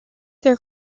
their